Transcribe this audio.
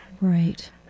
Right